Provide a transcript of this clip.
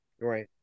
right